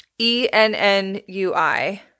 E-N-N-U-I